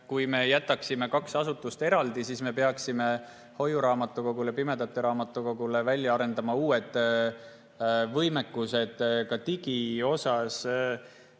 kui me jätaksime kaks asutust eraldi, siis me peaksime hoiuraamatukogus ja pimedate raamatukogus välja arendama uued võimekused ka digiosas.